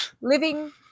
living